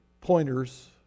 pointers